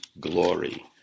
glory